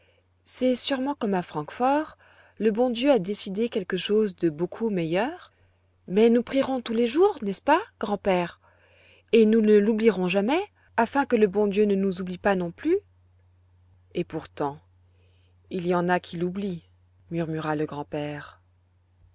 c'est sûrement comme à francfort le bon dieu a décidé quelque chose de beaucoup meilleur mais nous prierons tous les jours n'est-ce pas grand-père et nous ne l'oublierons jamais afin que le bon dieu ne nous oublie pas non plus et pourtant il y en a qui l'oublient murmura le grand-père